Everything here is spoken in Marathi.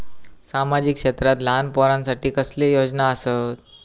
सामाजिक क्षेत्रांत लहान पोरानसाठी कसले योजना आसत?